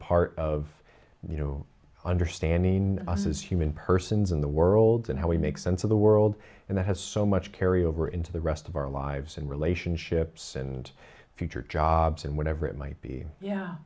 part of you know understanding us as human persons in the world and how we make sense of the world and that has so much carry over into the rest of our lives and relationships and future jobs and whatever it might be